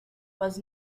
was